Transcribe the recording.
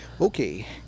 okay